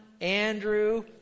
Andrew